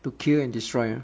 to kill and destroy ah